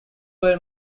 were